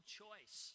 choice